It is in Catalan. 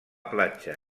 platja